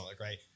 right